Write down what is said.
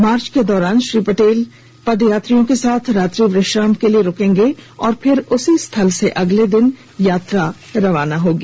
मार्च के दौरान श्री पटेल पदयात्रियों के साथ रात्रि विश्राम के लिए रूकेंगे और फिर उसी स्थल से अगले दिन यात्रा रवाना होगी